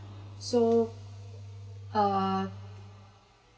so uh